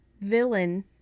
villain